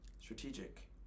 strategic